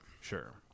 sure